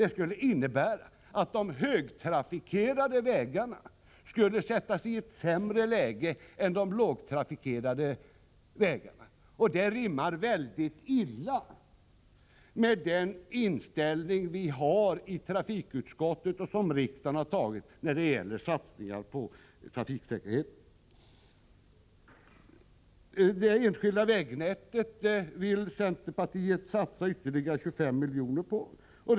Det skulle innebära att de högtrafikerade vägarna skulle sättas i ett sämre läge än de lågtrafikerade. Det rimmar väldigt illa med den inställning som vi har i trafikutskottet och den ståndpunkt som riksdagen har intagit när det gäller satsningar på trafiksäkerheten. På det enskilda vägnätet vill centern satsa ytterligare 25 milj.kr.